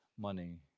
money